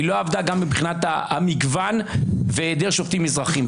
היא לא עבדה גם מבחינת המגוון והיעדר שופטים מזרחיים,